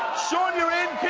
sean, you're in.